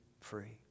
free